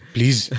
Please